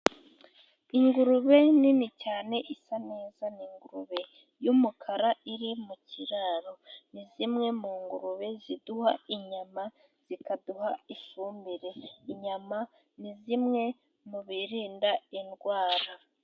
Ingurube nini cyane isa neza. Iyi ingurube y'umukara iri mu kiraro. Ni zimwe mu ngurube ziduha inyama ,zikaduha ifumbire. Inyama ni zimwe mu birinda indwara.